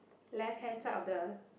left hand side of the